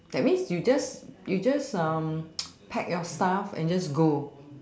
that means you just you just pack your stuff and just go